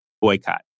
boycott